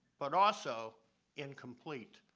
but also incomplete.